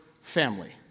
family